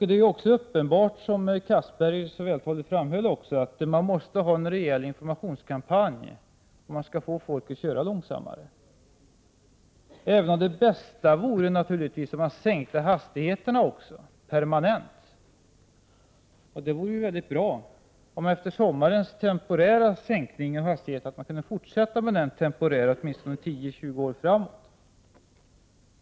Det är uppenbart — det framhöll också Castberger vältaligt — att man måste ha en rejäl informationskampanj, om man skall få folk att köra långsammare, även om det bästa naturligtvis vore om man också sänkte hastigheterna permanent. Det vore ju bra om man kunde fortsätta med sommarens temporära sänkning av hastigheterna åtminstone 10-20 år framåt.